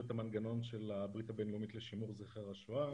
את המנגנון של הברית הבין-לאומית לשימור זכר השואה.